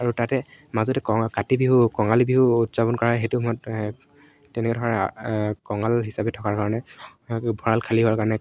আৰু তাতে মাজতে কঙা কাতি বিহু কঙালী বিহু উদযাপন কৰা হয় সেইটো সময়ত তেনেকুৱা ধৰণৰ কঙাল হিচাপে থকা ধৰণে ভঁৰাল খালী হোৱাৰ কাৰণে